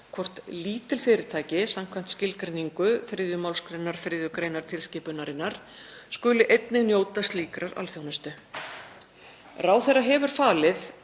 hvort lítil fyrirtæki, samkvæmt skilgreiningu 3. mgr. 3. gr. tilskipunarinnar, skuli einnig njóta slíkrar alþjónustu. Ráðherra hefur falið